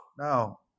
Now